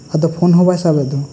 ᱟᱫᱚ ᱯᱷᱳᱱ ᱦᱚᱸ ᱵᱟᱭ ᱥᱟᱵᱮᱫ ᱫᱚ